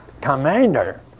commander